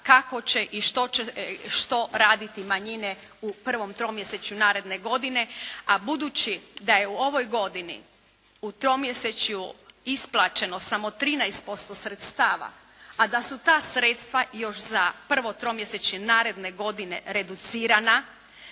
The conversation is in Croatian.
kako će i što raditi manjine u prvom tromjesečju naredne godine. A budući da je u ovoj godini u tromjesečju isplaćeno samo 13% sredstava a da su ta sredstva još za prvo tromjesečje naredne godine reducirana